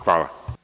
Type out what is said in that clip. Hvala.